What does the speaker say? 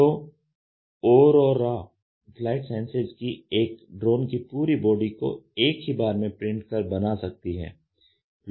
तो Aurora Flight Sciences एक drone की पूरी बॉडी को एक ही बार में प्रिंट कर बना सकती हैं